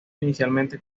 inicialmente